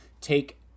take